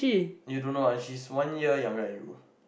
you don't know ah she is one year younger than you